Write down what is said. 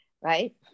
Right